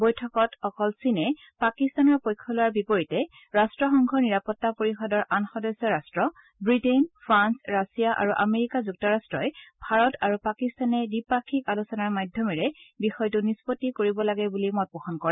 বৈঠকত অকল চীনে পাকিস্তানৰ পক্ষ লোৱাৰ বিপৰীতে ৰট্টসংঘৰ নিৰাপত্তা পৰিষদৰ আন সদস্য ৰাট্ট ৱিটেইন ফ্ৰাল ৰাছিয়া আৰু আমেৰিকা যুক্তৰাট্টই ভাৰত আৰু পাকিস্তানে দিপাক্ষিক আলোচনাৰ মাধ্যমেৰে বিষয়টো নিষ্পত্তি কৰিব লাগে বুলি মত পোষণ কৰে